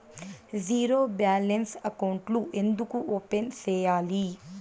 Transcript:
zero balance అకౌంట్లు ఎందుకు open సేయాలి